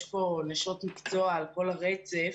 יש כאן נשות מקצוע על כל הרצף,